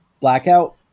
blackout